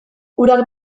urak